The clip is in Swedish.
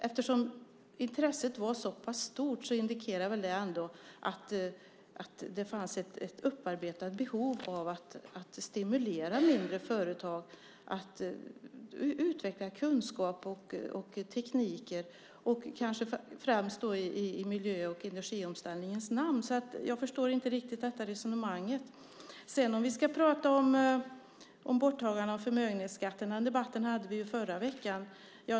Eftersom intresset var så pass stort indikerar det väl att det fanns ett upparbetat behov av att stimulera mindre företag att utveckla kunskap och tekniker, kanske främst då i miljö och energiomställningens namn. Jag förstår inte riktigt detta resonemang. Jag vet inte om vi ska prata om borttagande av förmögenhetsskatten - den debatten hade vi förra veckan.